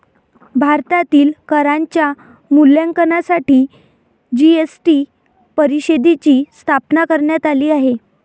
भारतातील करांच्या मूल्यांकनासाठी जी.एस.टी परिषदेची स्थापना करण्यात आली आहे